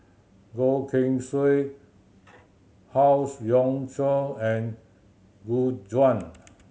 Goh Keng Swee Howe Yoon Chong and Gu Juan